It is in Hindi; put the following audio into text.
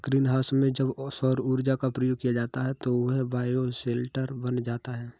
ग्रीन हाउस में जब सौर ऊर्जा का प्रयोग किया जाता है तो वह बायोशेल्टर बन जाता है